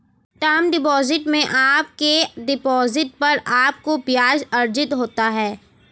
term deposit में आपके deposit पर आपको ब्याज़ अर्जित होता है